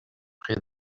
prix